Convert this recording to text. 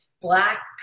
black